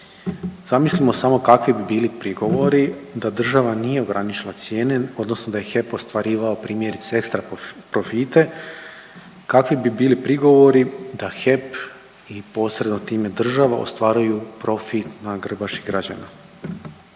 Zamislimo samo kakvi bi bili prigovori da država nije ograničila cijene, odnosno da je HEP ostvarivao primjerice extra profite kakvi bi bili prigovori da HEP i posredno time država ostvaruju profit na grbači građana.